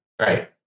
right